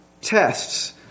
tests